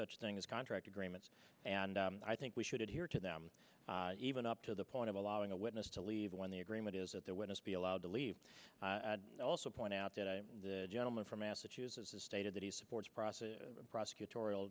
such thing as contract agreements and i think we should adhere to them even up to the point of allowing a witness to leave when the agreement is that the witness be allowed to leave also point out that i the gentleman from massachusetts has stated that he supports process of prosecutori